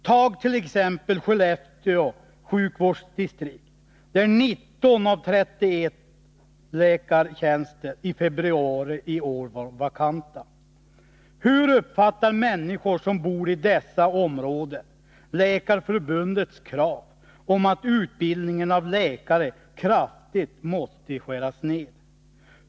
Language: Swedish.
Tag t.ex. Skellefteå sjukvårdsdistrikt, där 19 av 31 läkartjänster i februari i år var vakanta. Hur uppfattar människor som bor i dessa områden Läkareförbundets krav att utbildningen av läkare kraftigt måste skäras ned?